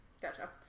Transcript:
Gotcha